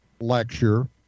lecture